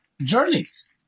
journeys